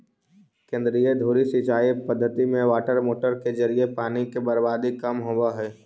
केंद्रीय धुरी सिंचाई पद्धति में वाटरमोटर के जरिए पानी के बर्बादी कम होवऽ हइ